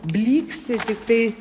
blyksi tiktai